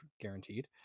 guaranteed